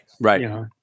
right